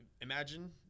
imagine